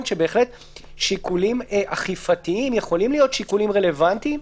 שבהחלט שיקולים אכיפתיים יכולים להיות שיקולים רלוונטיים,